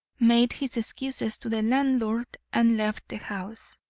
made his excuses to the landlord, and left the house.